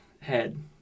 head